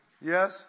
Yes